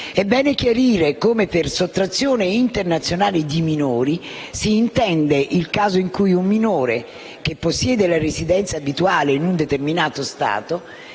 È bene chiarire come per sottrazione internazionale di minori si intende il caso in cui un minore che possiede la residenza abituale in un determinato Stato